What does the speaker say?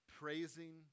praising